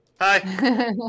Hi